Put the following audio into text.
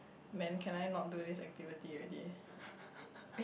man can I not do this activity already